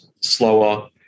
slower